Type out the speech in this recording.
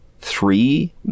three